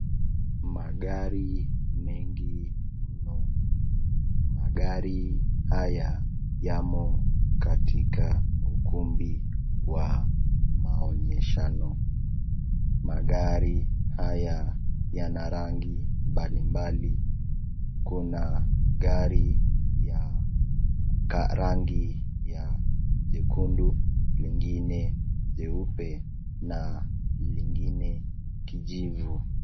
Magari mengi mno. Magari haya yamo katika ukumbi wa maonyeshano. Magari haya yana rangi mbalimbali. Kuna gari ya rangi ya jekundu, lingine jeupe na lingine kijivu.